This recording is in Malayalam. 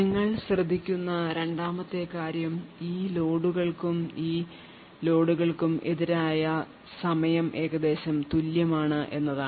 നിങ്ങൾ ശ്രദ്ധിക്കുന്ന രണ്ടാമത്തെ കാര്യം ഈ ലോഡുകൾക്കും ഈ ലോഡുകൾക്കും എതിരായ സമയം ഏകദേശം തുല്യമാണ് എന്നതാണ്